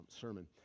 sermon